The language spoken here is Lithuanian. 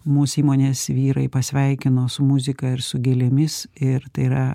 mūs įmonės vyrai pasveikino su muzika ir su gėlėmis ir tai yra